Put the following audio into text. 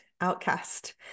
outcast